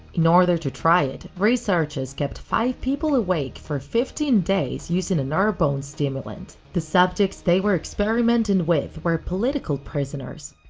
in order to try it, researchers kept five people awake for fifteen days using an ah airborne stimulant. the subjects they were experimenting with were political prisoners.